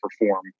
perform